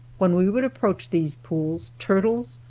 when we would approach these pools, turtles,